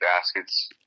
baskets